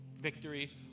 victory